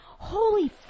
holy